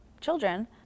children